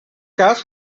cas